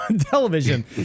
television